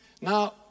Now